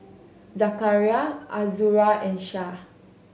Zakaria Azura and Syah